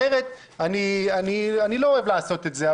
אחרת אני לא אוהב לעשות את זה,